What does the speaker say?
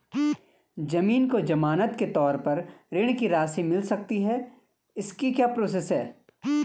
ज़मीन को ज़मानत के तौर पर ऋण की राशि मिल सकती है इसकी क्या प्रोसेस है?